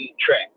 track